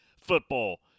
Football